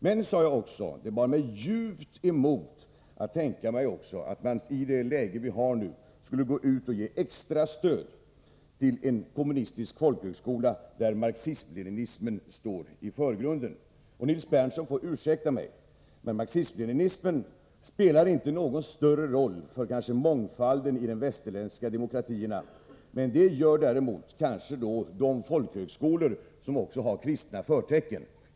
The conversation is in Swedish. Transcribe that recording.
Men jag sade också att det djupt bar mig emot att tänka mig att man i det läge vi nu har skulle ge extra stöd till en kommunistisk folkhögskola, där marxism-leninismen står i förgrunden. Nils Berndtson får ursäkta mig, men marxism-leninismen spelar inte någon större roll för mångfalden i de västerländska demokratierna. Det gör däremot kristendomen — jag tänker då på de folkhögskolor som har kristna förtecken.